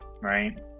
right